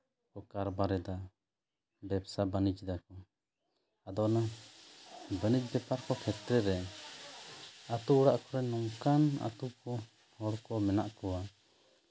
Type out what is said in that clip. ᱠᱚ ᱠᱟᱨᱵᱟᱨ ᱮᱫᱟ ᱵᱮᱥᱟ ᱵᱟᱹᱱᱤᱡ ᱫᱟᱠᱚ ᱟᱫᱚ ᱚᱱᱟ ᱵᱟᱹᱱᱤᱡ ᱵᱮᱯᱟᱨ ᱠᱚ ᱠᱷᱮᱛᱨᱮ ᱨᱮ ᱟᱹᱛᱩ ᱚᱲᱟᱜ ᱠᱚᱨᱮᱱ ᱱᱚᱝᱠᱟᱱ ᱟᱹᱛᱩ ᱠᱚ ᱦᱚᱲ ᱠᱚ ᱢᱮᱱᱟᱜ ᱠᱚᱣᱟ